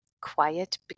quiet